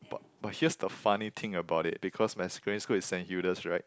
but but here's the funny thing about it because my secondary school is Saint Hilda's right